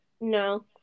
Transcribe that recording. No